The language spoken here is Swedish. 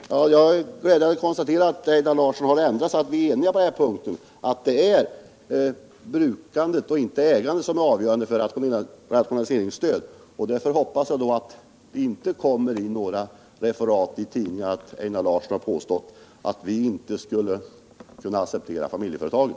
Herr talman! Jag har glädjen konstatera att Einar Larsson har ändrat sig och att vi är eniga på den här punkten, att det är brukandet och inte ägandet som skall vara avgörande för rationaliseringsstöd. Därför hoppas jag att det inte kommer in några referat i tidningarna om att Einar Larsson har påstått att vi inte skulle acceptera familjeföretagen.